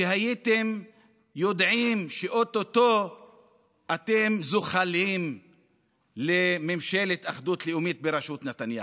כשאתם יודעים שאו-טו-טו אתם זוחלים לממשלת אחדות לאומית בראשות נתניהו?